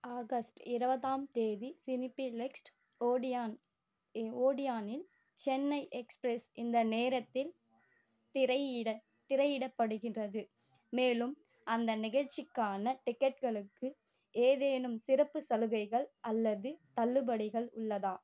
August இருவதாம் தேதி cineplex Odeon ஓடியனில் சென்னை எக்ஸ்ப்ரஸ் இந்த நேரத்தில் திரையிட திரையிடப்படுகின்றது மேலும் அந்த நிகழ்ச்சிக்கான டிக்கெட்களுக்கு ஏதேனும் சிறப்பு சலுகைகள் அல்லது தள்ளுபடிகள் உள்ளதா